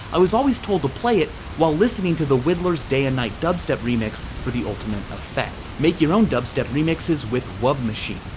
i was always told to play it while listening to the widdler's day and night dubstep remix for the ultimate effect. make your own dubstep remixes with wub machine.